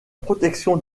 protection